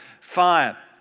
fire